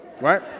right